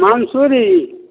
Mansuri